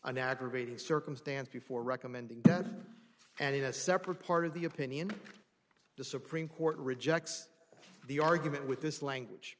an aggravating circumstance before recommending death and in a separate part of the opinion the supreme court rejects the argument with this language